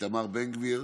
איתמר בן גביר,